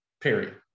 period